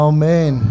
Amen